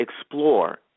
explore